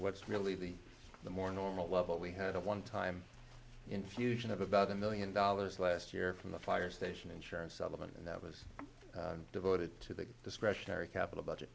what's really the more normal level we had a one time infusion of about a million dollars last year from the fire station insurance settlement and that was devoted to the discretionary capital budget